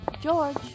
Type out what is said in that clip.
George